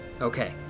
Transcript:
okay